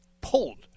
pulled